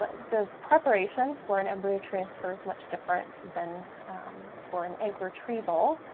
but the preparation for an embryo transfer is much different than for an egg retrieval.